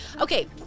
okay